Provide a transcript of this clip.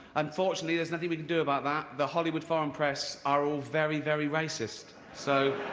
unfortunately, there's nothing we can do about that. the hollywood foreign press are all very, very racist. so